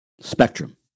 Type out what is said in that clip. Spectrum